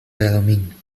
bradomín